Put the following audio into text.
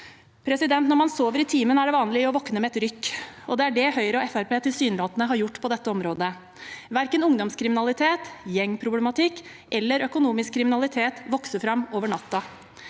i Sigdal. Når man sover i timen, er det vanlig å våkne med et rykk, og det er det Høyre og Fremskrittspartiet tilsynelatende har gjort på dette området. Verken ungdomskriminalitet, gjengproblematikk eller økonomisk kriminalitet vokser fram over natten.